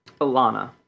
Alana